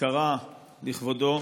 אזכרה לכבודו.